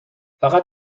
فقط